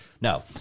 No